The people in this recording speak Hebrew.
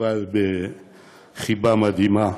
אבל בחיבה מדהימה.